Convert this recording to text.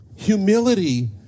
Humility